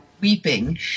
weeping